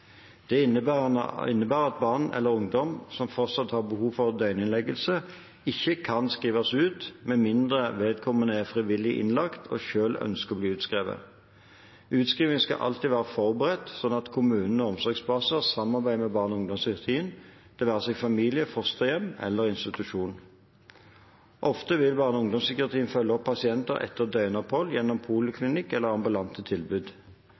Det innebærer at barn eller ungdom som fortsatt har behov for døgninnleggelse, ikke kan skrives ut – med mindre vedkommende er frivillig innlagt og selv ønsker å bli utskrevet. Utskriving skal alltid være forberedt, slik at kommunen og omsorgsbaser samarbeider med barne- og ungdomspsykiatrien – det være seg familie, fosterhjem eller institusjon. Ofte vil barne- og ungdomspsykiatrien følge opp pasienten etter døgnopphold gjennom poliklinisk eller ambulant tilbud.